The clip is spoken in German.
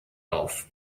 auf